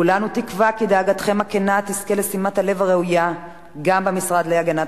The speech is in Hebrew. כולנו תקווה כי דאגתכם הכנה תזכה לשימת הלב הראויה גם במשרד להגנת